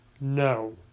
No